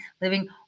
living